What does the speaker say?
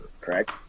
correct